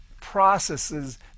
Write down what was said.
processes